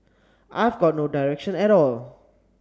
I have got no direction at all